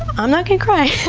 i'm not gonna cry.